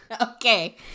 Okay